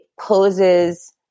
poses